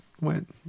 Went